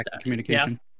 communication